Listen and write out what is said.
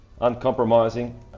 uncompromising